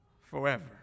forever